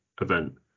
event